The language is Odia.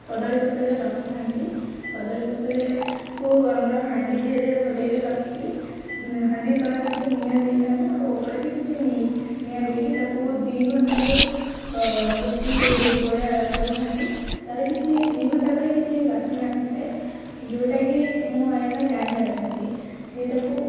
କଦଳୀପତ୍ରରେ ରଖିଥାନ୍ତି କଦଳୀ ପତ୍ରକୁ ଆମର ହାଣ୍ଡି ଦିଏରେ ଭଲରେ ରଖିକି ହାଣ୍ଡି ତଳେ କିଛି ନିଆଁ ଦେଇଥାନ୍ତି ଆଉ ଉପରେ ବି କିଛି ନିଆଁ ଦେଇକି ତାକୁ ଦି ଘଣ୍ଟାରୁ ବେଶି ପୋଡ଼ିଥାନ୍ତି ତାର କିଛି ଦି ଘଣ୍ଟା ପରେ କିଛି ବାସ୍ନା ଆସିଥାଏ ଯୋଉଟାକି ମୁଁ ଆଇମା ଜାଣିପାରିଥାନ୍ତି ସିଏ ତାକୁ